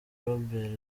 robert